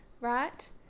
right